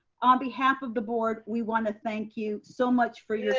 on behalf of the board, we wanna thank you so much for